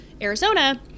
Arizona